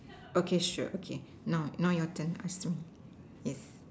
okay sure okay now your turn to ask me yes